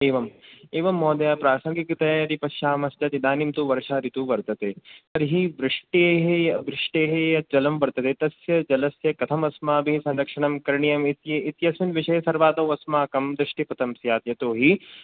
एवं एवं महोदय प्रासंगिकतया यदि पश्यामश्चेत् इदानीं तु वर्षा ऋतुः वर्तते तर्हि वृष्टेः वृष्टेः यत् जलं वर्तते तस्य जलस्य कथमस्माभिः संरक्षणं करणीयम् इति इत्यस्मिन् विषये सर्वदौ अस्माकं दृष्टिः कथं स्यात् यतो हि